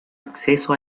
acceso